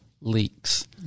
leaks